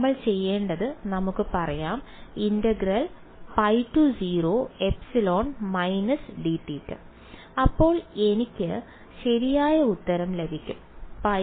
നമ്മൾ ചെയ്യേണ്ടത് നമുക്ക് പറയാം അപ്പോൾ എനിക്ക് ശരിയായ ഉത്തരം ലഭിക്കും πε